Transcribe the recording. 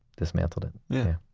dismantled it yeah.